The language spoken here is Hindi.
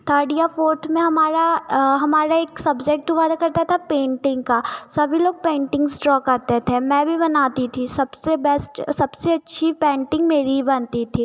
थर्ड या फोर्थ में हमारा हमारे एक सब्जेक्ट हुआ करता था पेंटिंग का सभी लोग पेंटिंग्स ड्रॉ करते थे मैं भी बनाती थी सबसे बैस्ट सबसे अच्छी पेंटिंग मेरी बनती थी